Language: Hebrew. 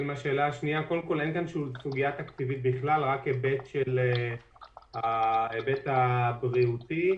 אין סוגיה תקציבית בכלל, רק היבט בריאותי.